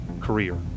career